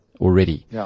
already